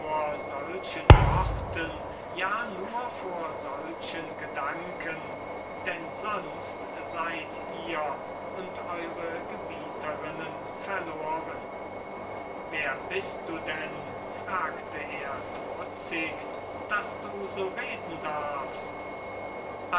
solchen worten ja nur vor solchen gedanken denn sonst seid ihr und eure gebieterinnen verloren wer bist denn du fragte er trutzig daß du so reden darfst